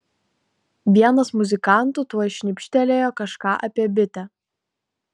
vienas muzikantų tuoj šnibžtelėjo kažką apie bitę